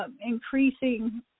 increasing